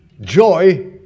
Joy